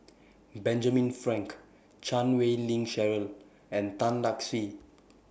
Benjamin Frank Chan Wei Ling Cheryl and Tan Lark Sye